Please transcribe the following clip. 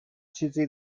چیزی